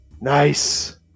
Nice